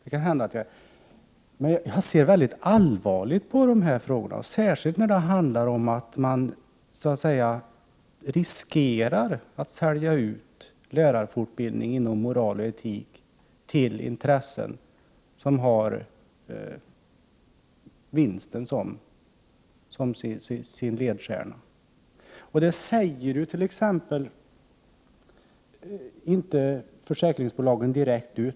I varje fall ser jag väldigt allvarligt på dessa frågor, särskilt som risken finns att lärarfortbildningen i fråga om moral och etik säljs ut till intressen som har vinsten som sin ledstjärna. Från försäkringsbolagens sida säger man inte det direkt ut.